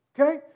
Okay